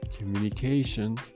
communication